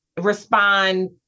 respond